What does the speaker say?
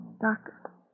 Doctor